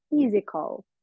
physical